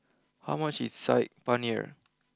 how much is Saag Paneer